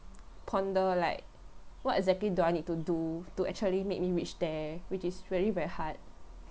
ponder like what exactly do I need to do to actually make me reach there which is very very hard